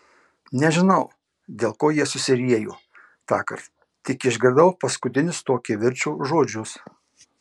nežinau dėl ko jie susiriejo tąkart tik išgirdau paskutinius to kivirčo žodžius